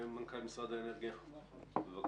מנכ"ל משרד האנרגיה, בבקשה.